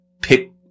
pick